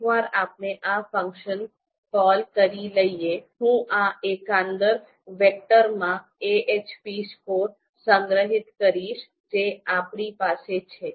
એકવાર આપણે આ ફંક્શનને કોલ કરી લઈએ હું આ એકંદર વેક્ટરમાં AHP સ્કોર સંગ્રહિત કરીશ જે આપણી પાસે છે